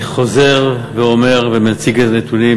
אני חוזר ואומר ומציג את הנתונים.